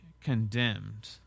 condemned